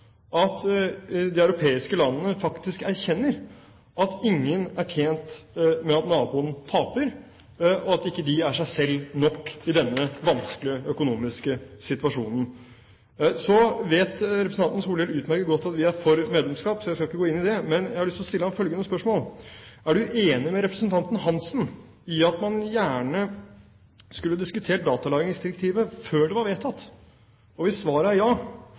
at de europeiske landene faktisk erkjenner at ingen er tjent med at naboen taper, og at de ikke er seg selv nok i denne vanskelige økonomiske situasjonen. Så vet representanten Solhjell utmerket godt at vi er for medlemskap, så jeg skal ikke gå inn i det, men jeg har lyst til å stille ham følgende spørsmål: Er du enig med representanten Hansen i at man gjerne skulle ha diskutert datalagringsdirektivet før det var vedtatt? Og hvis svaret er ja: